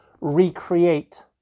recreate